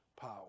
power